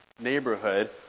neighborhood